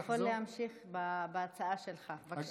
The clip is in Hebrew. אתה יכול להמשיך בהצעה שלך, בבקשה.